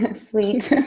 and sweet.